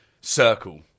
circle